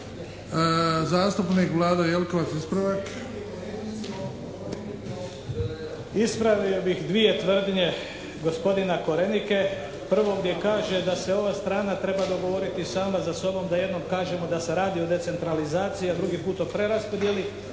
ispravak. **Jelkovac, Vlado (HDZ)** Ispravio bih dvije tvrdnje gospodina Korenika. Prvo gdje kaže da se ova strana treba dogovoriti sama sa sobom da jednom kažemo da se radi o decentralizaciji, a drugi put o preraspodjeli.